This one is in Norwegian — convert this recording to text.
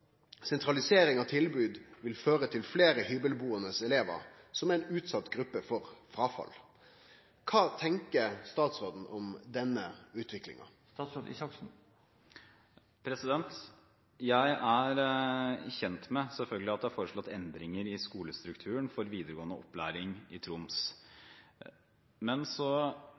Sentralisering av tilbud vil føre til flere hybelboende elever, som er en utsatt gruppe for frafall. Hva tenker statsråden om denne utviklingen?» Jeg er selvfølgelig kjent med at det er foreslått endringer i skolestrukturen for videregående opplæring i Troms. Men